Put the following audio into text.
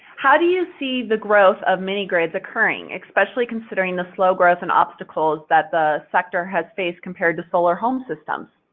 how do you see the growth of mini grids occurring, especially i mean the slow growth and obstacles that the sector has faced compared to solar home systems?